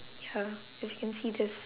ya as you can see there's